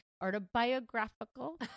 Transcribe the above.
autobiographical